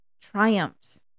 triumphs